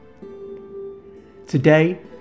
Today